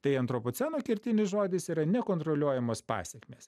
tai antropoceno kertinis žodis yra nekontroliuojamos pasekmės